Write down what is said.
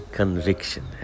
conviction